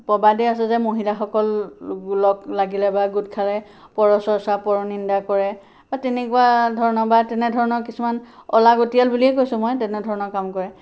প্ৰবাদে আছে যে মহিলাসকল লগ লাগিলে বা গোটখালে পৰচৰ্চা পৰনিন্দা কৰে বা তেনেকুৱা ধৰণৰ বা তেনেধৰণৰ কিছুমান অলাগতীয়াল বুলিয়েই কৈছোঁ মই তেনেধৰণৰ কাম কৰে